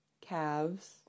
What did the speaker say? calves